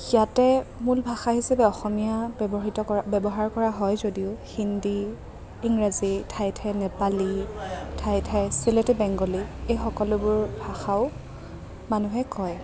ইয়াতে মূল ভাষা হিচাপে অসমীয়া ব্যৱহৃত ব্যৱহাৰ কৰা হয় যদিও হিন্দী ইংৰাজী ঠাইয়ে ঠাইয়ে নেপালী ঠাইয়ে ঠাইয়ে চিলেটী বেংগলী এই সকলোবোৰ ভাষাও মানুহে কয়